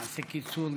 היושב-ראש,